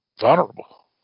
vulnerable